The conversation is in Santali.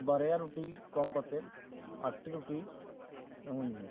ᱵᱟᱨᱭᱟ ᱨᱩᱴᱤ ᱠᱚᱢ ᱠᱟᱛᱮ ᱟᱴ ᱴᱤ ᱨᱩᱴᱤ ᱤᱢᱟᱹᱧ ᱢᱮ